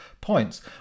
points